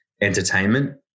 entertainment